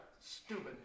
Stupid